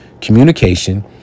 communication